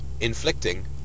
inflicting